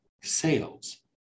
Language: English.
sales